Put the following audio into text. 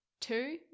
Two